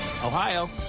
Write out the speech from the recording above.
Ohio